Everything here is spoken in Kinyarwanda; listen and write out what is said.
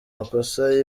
makosa